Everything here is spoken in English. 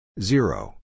zero